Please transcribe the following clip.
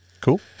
cool